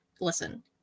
listen